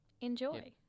Enjoy